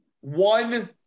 one